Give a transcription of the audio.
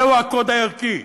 זהו הקוד הערכי.